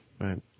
right